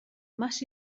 más